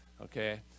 Okay